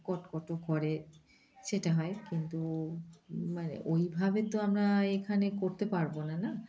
কটকটও করে সেটা হয় কিন্তু মানে ওইভাবে তো আমরা এখানে করতে পারব না না